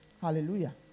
Hallelujah